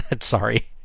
Sorry